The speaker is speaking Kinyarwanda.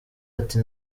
ati